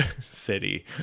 city